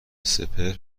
سپهر